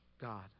God